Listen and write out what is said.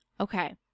Okay